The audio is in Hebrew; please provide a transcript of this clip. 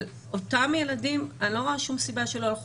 אבל אני לא רואה סיבה שאותם ילדים לא ילכו